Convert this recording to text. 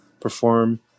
perform